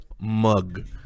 mug